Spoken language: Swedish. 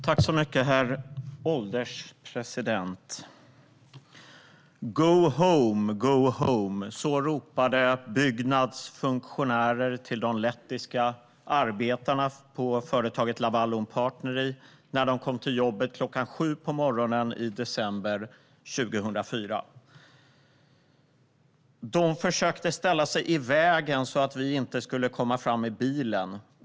Herr ålderspresident! Go home, go home! Så ropade Byggnads funktionärer till de lettiska arbetarna vid företaget Laval un Partneri när de kom till jobbet kl. 7 på morgonen i december 2004. "De försökte ställa sig i vägen så att vi inte skulle komma fram med bilen.